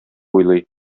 уйлый